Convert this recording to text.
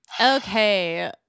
okay